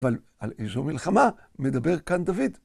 אבל על איזו מלחמה מדבר כאן דוד.